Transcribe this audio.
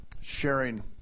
sharing